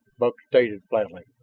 buck stated flatly.